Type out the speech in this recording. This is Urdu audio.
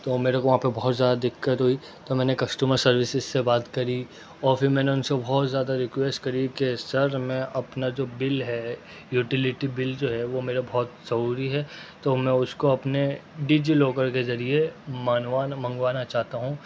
تو میرے کو وہاں پہ بہت زیادہ دقت ہوئی تو میں نے کسٹمر سروسز سے بات کری اور پھر میں نے ان سے بہت زیادہ رکویسٹ کری کہ سر میں اپنا جو بل ہے یوٹیلیٹی بل جو ہے وہ میرا بہت ضروری ہے تو میں اس کو اپنے ڈیجی لوکر کے ذریعے مان وان منگوانا چاہتا ہوں